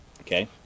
Okay